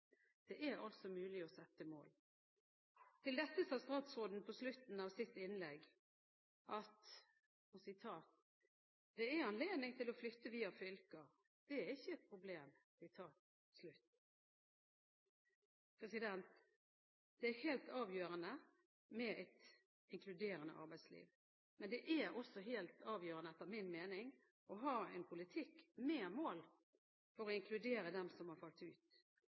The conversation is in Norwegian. Det er altså mulig å sette mål. Til dette sa statsråden på slutten av sitt innlegg: «Det er anledning til å flytte via fylker – det er ikke et problem.» Det er helt avgjørende med et inkluderende arbeidsliv, men det er også helt avgjørende, etter min mening, å ha en politikk med mål for å inkludere dem som har falt ut.